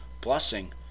blessing